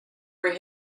were